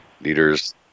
Leaders